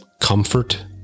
comfort